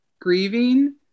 grieving